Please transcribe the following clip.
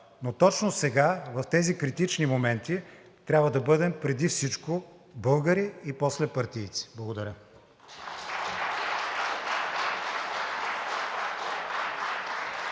но точно сега, в тези критични моменти, трябва да бъдем преди всичко българи и после партийци. Благодаря.